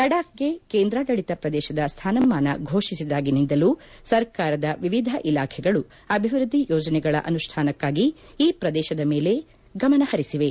ಲಡಾಬ್ಗೆ ಕೇಂದ್ರಾಡಳತ ಪ್ರದೇಶದ ಸ್ಟಾನಮಾನ ಫೋಷಿಸಿದಾಗಿನಿಂದಲೂ ಸರ್ಕಾರದ ವಿವಿಧ ಇಲಾಖೆಗಳು ಅಭಿವೃದ್ದಿ ಯೋಜನೆಗಳ ಅನುಷ್ಠಾನಕ್ಕಾಗಿ ಈ ಪ್ರದೇಶದ ಮೇಲೆ ಗಮನ ಹರಿಸಿವೆ